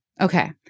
Okay